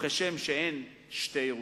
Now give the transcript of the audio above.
וכשם שאין שתי ירושלים".